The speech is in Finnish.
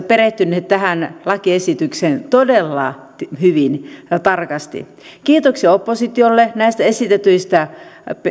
perehtyneet tähän lakiesitykseen todella hyvin ja tarkasti kiitoksia oppositiolle näistä esitetyistä